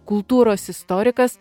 kultūros istorikas